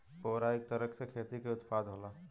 पुवरा इक तरह से खेती क उत्पाद होला